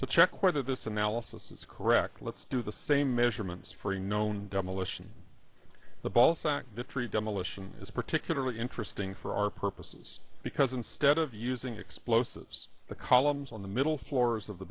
to check whether this analysis is correct let's do the same measurements for a known demolition the ball sack the tree demolition is particularly interesting for our purposes because instead of using explosives the columns on the middle floors of the